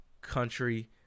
country